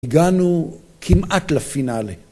הגענו כמעט לפינאלי.